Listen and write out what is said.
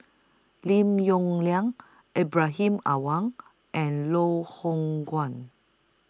Lim Yong Liang Ibrahim Awang and Loh Hoong Kwan